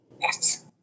Yes